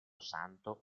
santo